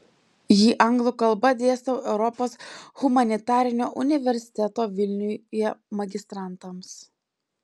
jį anglų kalba dėstau europos humanitarinio universiteto vilniuje magistrantams